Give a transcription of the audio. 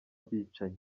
abicanyi